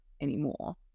anymore